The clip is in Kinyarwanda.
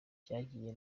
byagiye